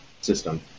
system